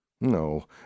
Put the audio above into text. No